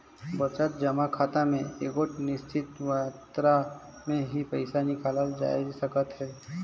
बचत जमा खाता में एगोट निच्चित मातरा में ही पइसा हिंकालल जाए सकत अहे